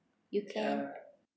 you can